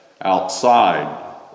outside